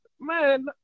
man